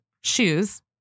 shoes